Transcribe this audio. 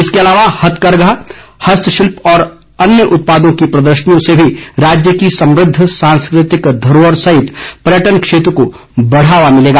इसके अलावा हथकरघा हस्तशिल्प और अन्य उत्पादों की प्रदर्शनियों से भी राज्य की समृद्ध सांस्कृतिक धरोहर सहित पर्यटन क्षेत्र को बढ़ावा मिलेगा